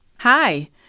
Hi